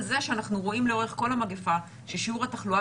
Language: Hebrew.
אבל זה מבוסס על זה שאנחנו רואים לאורך כל המגפה ששיעור התחלואה